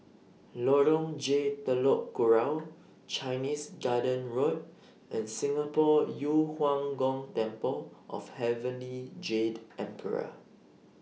Lorong J Telok Kurau Chinese Garden Road and Singapore Yu Huang Gong Temple of Heavenly Jade Emperor